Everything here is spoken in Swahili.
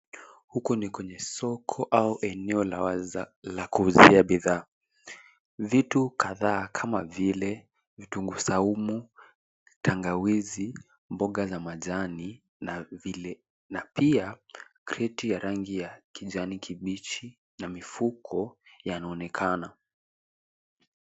Huku ni kwenye soko au eneo la wazi la kuuzia bidhaa. Vitu kadhaa kama vile vitunguu saumu, tangawizi, mboga za majani na pia kreti ya rangi ya kijani kibichi na mifuko yanaonekana.